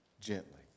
gently